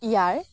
ইয়াৰ